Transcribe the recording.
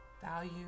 Value